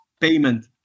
payment